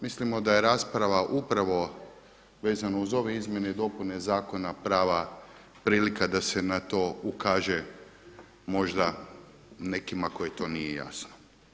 Mislimo da je rasprava upravo vezano uz ove izmjene i dopune zakona prava prilika da se na to ukaže možda nekima kojima to nije jasno.